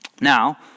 Now